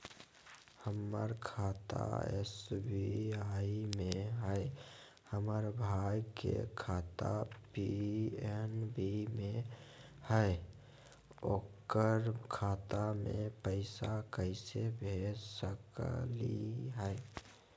हमर खाता एस.बी.आई में हई, हमर भाई के खाता पी.एन.बी में हई, ओकर खाता में पैसा कैसे भेज सकली हई?